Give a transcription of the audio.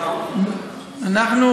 למה אתם לא מבטלים אותם?